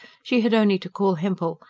she had only to call hempel,